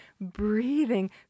breathing